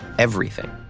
everything.